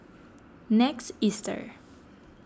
next Easter